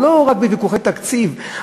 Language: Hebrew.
לא רק בוויכוחי תקציב,